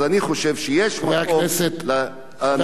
אז אני חושב שיש מקום לנושאים האלה.